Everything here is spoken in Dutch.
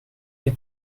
die